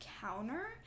counter